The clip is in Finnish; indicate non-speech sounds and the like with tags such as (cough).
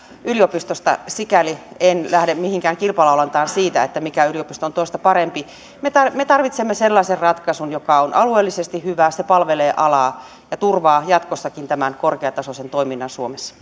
yliopistosta sikäli en lähde mihinkään kilpalaulantaan siitä mikä yliopisto on toista parempi me me tarvitsemme sellaisen ratkaisun joka on alueellisesti hyvä palvelee alaa ja turvaa jatkossakin tämän korkeatasoisen toiminnan suomessa (unintelligible)